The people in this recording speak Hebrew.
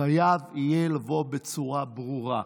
זה חייב יהיה לבוא בצורה ברורה.